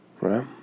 Right